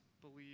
believe